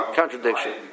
contradiction